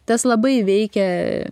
tas labai veikia